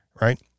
right